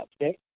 okay